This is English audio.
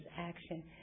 action